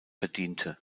verdiente